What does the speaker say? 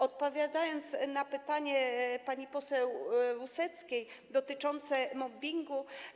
Odpowiem na pytanie pani poseł Ruseckiej dotyczące mobbingu.